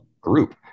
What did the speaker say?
group